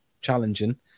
challenging